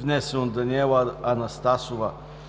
внесен от Даниела Анастасова